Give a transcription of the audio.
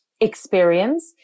experience